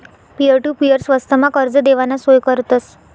peer to peer स्वस्तमा कर्ज देवाना सोय करतस